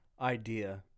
idea